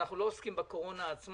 אנחנו לא עוסקים בקורונה עצמה,